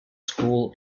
school